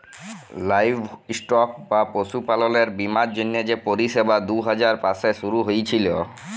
livestock বা পশুপাললের বীমার জ্যনহে যে পরিষেবা দু হাজার পাঁচে শুরু হঁইয়েছিল